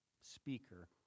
speaker